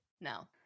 No